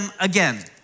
again